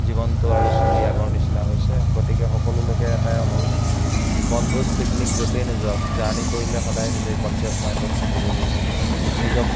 জীৱনটো আৰু চলি আগৰ নিচিনা হৈছে গতিকে সকলোলৈকে এটাই অনুৰোধ বনভোজ পিকনিক য'তেই নোযোৱা জাৰ্ণি কৰিলে সদাই নিজে কনছিয়াছ মাইণ্ডত থাকিবই লাগিব নিজক